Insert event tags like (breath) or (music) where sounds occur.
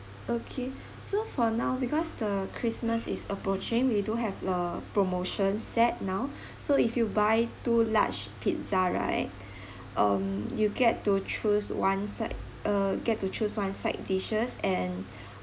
okay so for now because the christmas is approaching we do have a promotion set now (breath) so if you buy two large pizza right (breath) um you get to choose one side uh get to choose one side dishes and (breath)